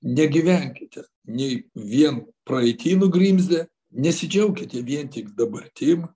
negyvenkite nei vien praeity nugrimzdę nesidžiaukite vien tik dabartim